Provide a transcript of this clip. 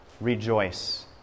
rejoice